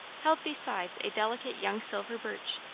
held besides a delicate young silver birch,